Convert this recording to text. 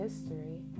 history